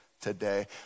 today